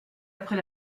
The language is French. après